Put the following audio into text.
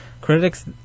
Critics